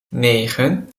negen